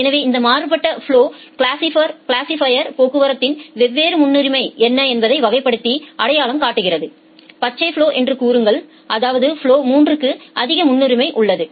எனவே இந்த மாறுபட்ட ஃபலொகலிருந்து கிளாசிபைர் போக்குவரத்தின் வெவ்வேறு முன்னுரிமை என்ன என்பதை வகைப்படுத்தி அடையாளம் காட்டுகிறது பச்சை ஃபலொ என்று கூறுங்கள் அதாவது ஃபலொ 3 க்கு அதிக முன்னுரிமை உள்ளது